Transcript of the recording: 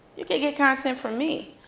you could get content from me.